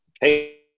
Hey